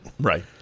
Right